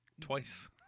Twice